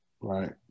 Right